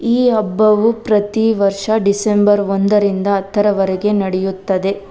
ಈ ಹಬ್ಬವು ಪ್ರತಿ ವರ್ಷ ಡಿಸೆಂಬರ್ ಒಂದರಿಂದ ಹತ್ತರವರೆಗೆ ನಡೆಯುತ್ತದೆ